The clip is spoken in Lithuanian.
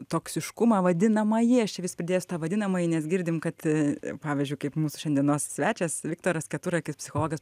toksiškumą vadinamąjį aš čia vis pridėsiu tą vadinamąjį nes girdim kad pavyzdžiui kaip mūsų šiandienos svečias viktoras keturakis psichologas